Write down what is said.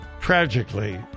tragically